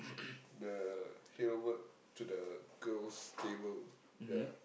the head over to the girls table ya